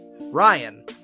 Ryan